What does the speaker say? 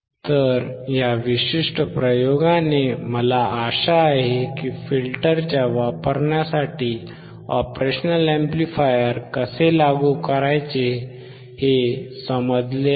तर या विशिष्ट प्रयोगाने मला आशा आहे की फिल्टरच्या वापरासाठी ऑपरेशनल अॅम्प्लिफायर कसे लागू करायचे हे समजले असेल